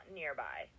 nearby